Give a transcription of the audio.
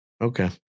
Okay